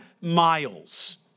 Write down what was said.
miles